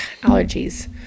allergies